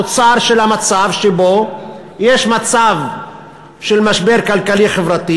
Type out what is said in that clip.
תוצר של המצב שבו יש מצב של משבר כלכלי-חברתי